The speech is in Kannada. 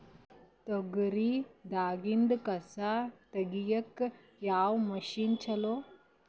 ತೊಗರಿ ದಾಗಿಂದ ಕಸಾ ತಗಿಯಕ ಯಾವ ಮಷಿನ್ ಚಲೋ?